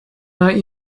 not